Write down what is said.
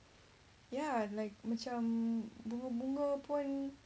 ya like macam bunga-bunga pun